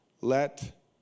let